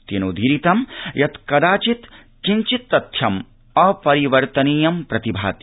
तेनोदीरितं यत् कदाचित् किञ्चित् तथ्यम् अपरिवर्तनीय प्रतिभाति